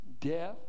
death